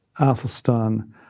Athelstan